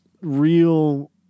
real